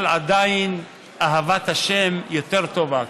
עדיין אהבת השם יותר טובה.